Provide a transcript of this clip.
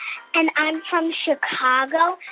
and i'm from chicago.